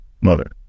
mother